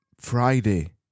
Friday